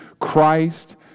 Christ